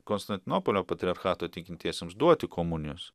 konstantinopolio patriarchato tikintiesiems duoti komunijos